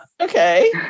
Okay